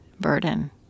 burden